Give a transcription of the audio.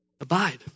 Abide